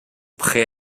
prêts